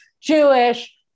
Jewish